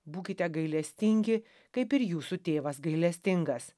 būkite gailestingi kaip ir jūsų tėvas gailestingas